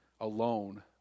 alone